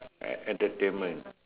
e~ entertainment